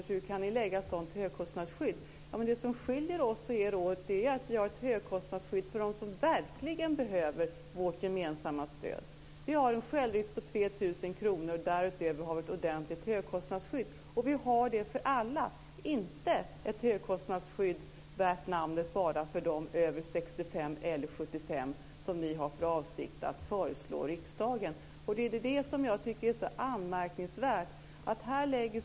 Hur kan ni lägga fram ett förslag om ett sådant högkostnadsskydd? Det som skiljer oss och er åt är att vi har ett högkostnadsskydd för dem som verkligen behöver vårt gemensamma stöd. Vi har en självrisk på 3 000 kr. Därutöver har vi ett ordentligt högkostnadsskydd. Vi har det för alla. Det är inte ett högkostnadsskydd värt namnet bara för dem över 65 eller 75 år, som ni har för avsikt att föreslå riksdagen. Det är det som jag tycker är så anmärkningsvärt.